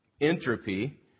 entropy